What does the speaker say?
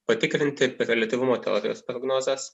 patikrinti reliatyvumo teorijos prognozes